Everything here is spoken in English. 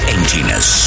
Emptiness